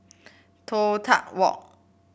Toh Tuck Walk